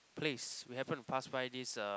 place we happen to pass by this uh